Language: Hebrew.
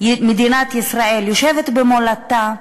מדינת ישראל, יושבת במולדתה.